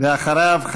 ואחריו,